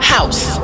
House